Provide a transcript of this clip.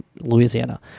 Louisiana